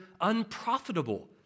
unprofitable